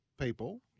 people